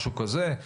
משהו כזה,